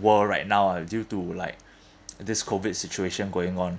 world right now ah due to like this COVID situation going on